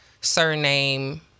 surname